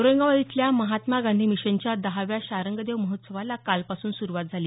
औरंगाबाद इथल्या महात्मा गांधी मिशनच्या दहाव्या शाङ्गदेव महोत्सवाला कालपासून सुरुवात झाली